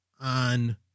on